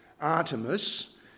Artemis